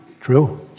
True